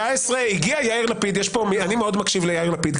כבר --- אני מאוד מקשיב ליאיר לפיד,